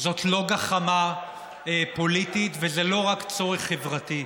זאת לא גחמה פוליטית וזה לא רק צורך חברתי.